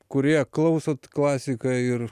kurie klausot klasiką ir